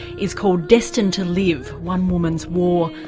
is called destined to live one woman's war,